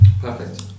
perfect